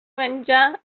menjar